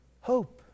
hope